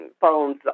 phones